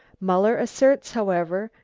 muller asserts, however,